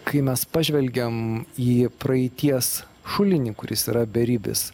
kai mes pažvelgiam į praeities šulinį kuris yra beribis